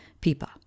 Pipa